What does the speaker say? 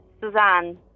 Suzanne